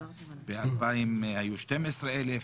ב-2000 היו 12,000,